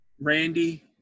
Randy